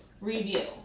review